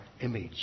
image